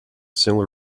similar